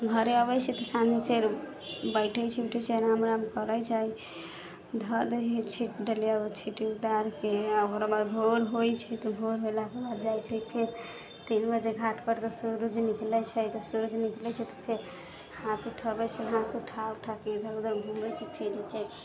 घरे अबैत छै तऽ साँझमे फेरो बैठैत छै उठै छै आराम उराम करैत छै धऽ दै हइ डलिआ आ छिटी उतारके आ ओकरा बाद भोर होइत छै तऽ भोर भेलाके बाद जाइत छै फेर तीन बजे घाट पर सूरज निकलैत छै तऽ सूरज निकलैत छै तऽ फेर हाथ उठाबैत छै हाथ उठा उठाके इधर उधर घुमैत छै फेर कि कहै छै